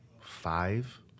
five